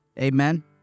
Amen